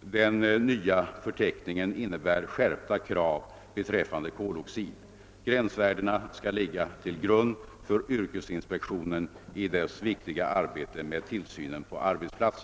Den nya förteckningen innebär skärpta krav beträffande koloxid. Gränsvärdena skall ligga till grund för yrkesinspektionen i dess viktiga arbete med tillsynen på arbetsplatserna.